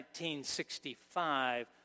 1965